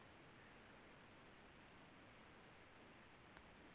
Bill भुगतान न हौले हे और पैसा कट गेलै त का करि?